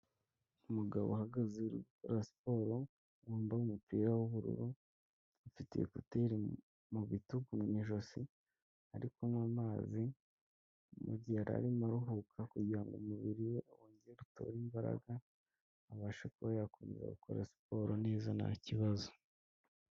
Umugabo uhagaze uri gukora siporo, wambaye umupira w'ubururu, afite ekuteri mu bitugu mu ijosi ari kunywa amazi, urebye yari arimo aruhuka kugira ngo umubiri we wongere utore imbaraga, abashe kuba yakomeza gukora siporo neza nta kibazo.